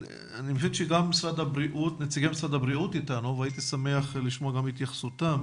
נציגי משרד הבריאות איתנו והייתי שמח לשמוע את התייחסותם.